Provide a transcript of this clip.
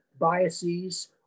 biases